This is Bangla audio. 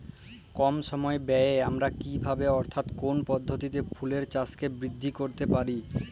কম সময় ব্যায়ে আমরা কি ভাবে অর্থাৎ কোন পদ্ধতিতে ফুলের চাষকে বৃদ্ধি করতে পারি?